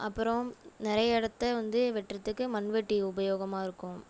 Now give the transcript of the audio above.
அப்புறம் நிறைய இடத்த வந்து வெட்டுறதுக்கு மண் வெட்டி உபயோகமாக இருக்கும்